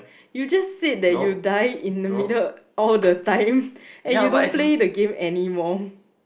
you just said that you die in the middle all the time and you don't play the game anymore